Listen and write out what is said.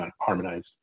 harmonized